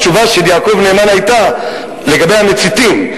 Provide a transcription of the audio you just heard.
התשובה של יעקב נאמן היתה לגבי המציתים,